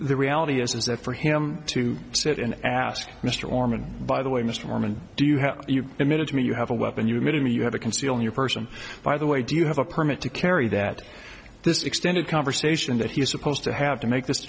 the reality is is that for him to sit and ask mr foreman by the way mr norman do you have you committed to me you have a weapon you admitted me you have to conceal your person by the way do you have a permit to carry that this extended conversation that he is supposed to have to make this